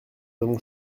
avons